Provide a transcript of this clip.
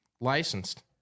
Licensed